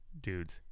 dudes